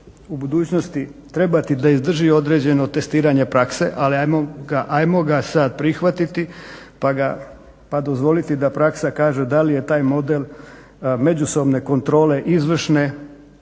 u budućnosti trebati da izdrži određeno testiranje prakse, ali ajmo ga sad prihvatiti pa dozvoliti da praksa kaže da li je taj model međusobne kontrole izvršne